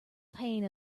pain